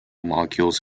molecules